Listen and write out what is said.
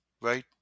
right